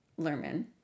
Lerman